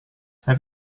have